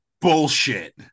bullshit